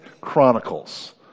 Chronicles